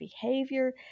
behavior